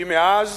כי מאז